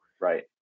right